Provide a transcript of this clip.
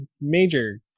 major